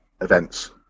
events